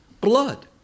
blood